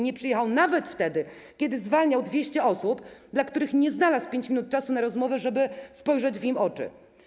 Nie przyjechał nawet wtedy, kiedy zwalniał 200 osób, dla których nie znalazł 5 minut czasu na rozmowę, żeby spojrzeć im w oczy.